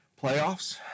playoffs